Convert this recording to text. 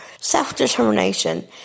self-determination